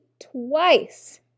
twice